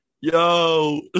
Yo